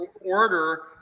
order